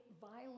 violent